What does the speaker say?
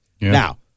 Now